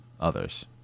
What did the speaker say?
others